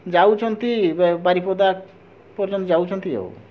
ଯାଉଛନ୍ତି ବାରିପଦା ପର୍ଯ୍ୟନ୍ତ ଯାଉଛନ୍ତି ଆଉ